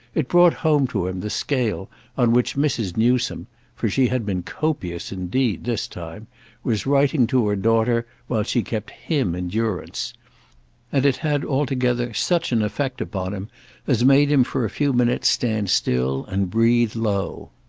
it brought home to him the scale on which mrs. newsome for she had been copious indeed this time was writing to her daughter while she kept him in durance and it had altogether such an effect upon him as made him for a few minutes stand still and breathe low.